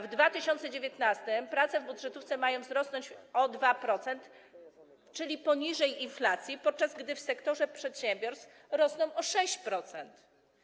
W 2019 r. płace w budżetówce mają wzrosnąć o 2%, czyli poniżej inflacji, podczas gdy w sektorze przedsiębiorstw wzrosną o 6%.